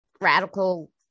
radical